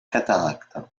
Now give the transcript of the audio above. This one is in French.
cataracte